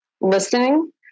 listening